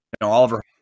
Oliver